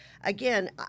Again